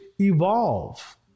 evolve